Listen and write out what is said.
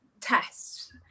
tests